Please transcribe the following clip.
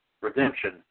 Redemption